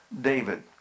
David